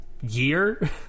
year